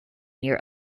near